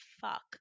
fuck